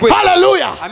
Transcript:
Hallelujah